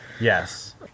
Yes